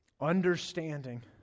Understanding